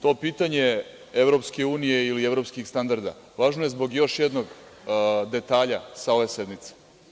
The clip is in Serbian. To pitanje EU ili evropskih standarda važno je zbog još jednog detalja sa ove sednice.